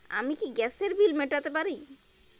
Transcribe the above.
আমি কি গ্যাসের বিল মেটাতে পারি?